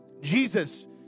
Jesus